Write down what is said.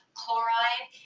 chloride